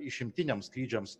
išimtiniams skrydžiams